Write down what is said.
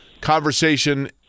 conversation